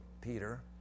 Peter